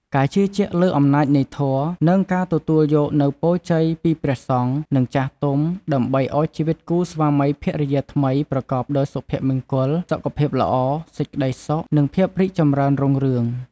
ការជឿជាក់លើអំណាចនៃធម៌ និងការទទួលយកនូវពរជ័យពីព្រះសង្ឃ និងចាស់ទុំ ដើម្បីឲ្យជីវិតគូស្វាមីភរិយាថ្មីប្រកបដោយសុភមង្គល សុខភាពល្អ សេចក្តីសុខ និងភាពរីកចម្រើនរុងរឿង។